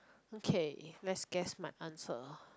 okay let's guess my answer